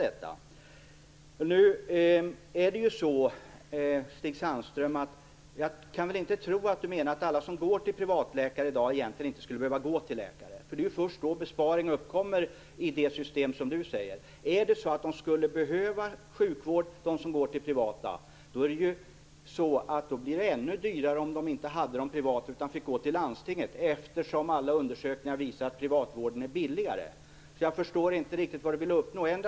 Jag kan inte tro att Stig Sandström menar att alla som går till privatläkare i dag egentligen inte skulle behöva gå till läkare. Det är först då det blir en besparing i det system som han talar om. Om de som går till privatläkare behöver sjukvård, skulle det bli ännu dyrare om det inte fanns privatläkare och de fick gå till landstinget. Alla undersökningar visar ju att privatvården är billigare. Jag förstår inte riktigt vad Stig Sandström vill uppnå.